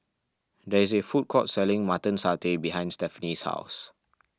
there is a food court selling Mutton Satay behind Stephani's house